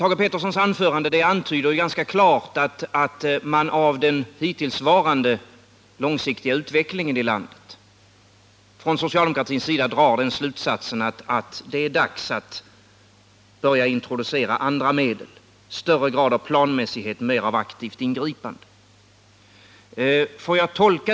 Thage Petersons anförande antyder ganska klart att man av den hittillsvarande långsiktiga utvecklingen i landet från socialdemokratins sida drar slutsatsen att det är dags att börja introducera andra medel, större grad av planmässighet och mer av aktivt ingripande.